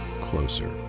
closer